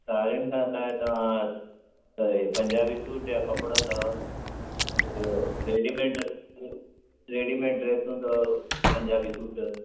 साड़ियुनि खां सवाइ तव्हां इहो पंजाबी सूट आहे कपिड़ा अथव ॿियो रेडीमेड रेडीमेड ड्रेसूं अथव पंजाबी सूट